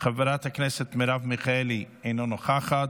חברת הכנסת מרב מיכאלי אינה נוכחת,